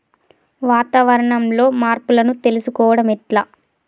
వాతావరణంలో మార్పులను తెలుసుకోవడం ఎట్ల?